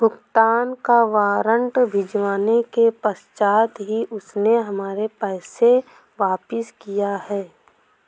भुगतान का वारंट भिजवाने के पश्चात ही उसने हमारे पैसे वापिस किया हैं